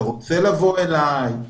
אתה רוצה לבוא אלי?